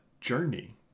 journey